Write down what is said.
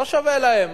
לא שווה להם.